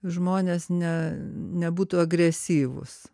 žmonės ne nebūtų agresyvūs